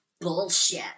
bullshit